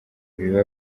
biba